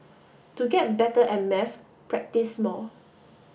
to get better at maths practise more